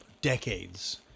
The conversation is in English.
Decades